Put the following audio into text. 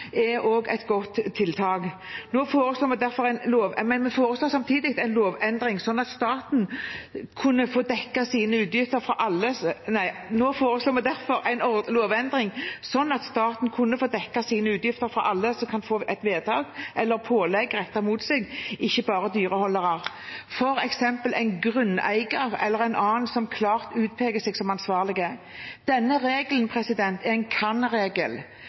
et godt tiltak. Nå foreslår vi derfor en lovendring slik at staten kan få dekket sine utgifter fra alle som kan få et vedtak eller pålegg rettet mot seg, ikke bare dyreholdere, f.eks. en grunneier eller en annen som klart utpeker seg som ansvarlig. Denne regelen er en kan-regel, og Mattilsynet har et skjønn når det gjelder ansvaret for kostnadene og størrelsen på beløpet. Hvem som er ansvarlig, skal avgjøres i hver enkelt sak. Mattilsynet kan